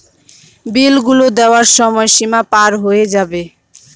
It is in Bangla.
বিল গুলো দেওয়ার সময় সীমা পার হয়ে যাবে